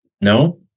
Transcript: No